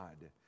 God